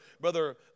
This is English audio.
Brother